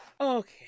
Okay